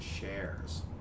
shares